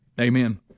Amen